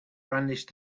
brandished